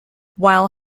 while